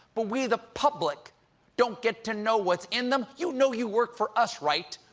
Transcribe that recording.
but we the public don't get to know what's in them. you know you work for us, right?